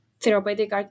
therapeutic